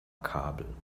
kabel